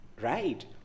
right